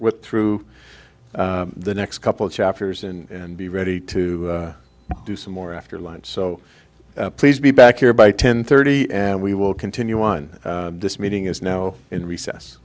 with through the next couple of chapters and be ready to do some more after lunch so please be back here by ten thirty and we will continue on this meeting is now in recess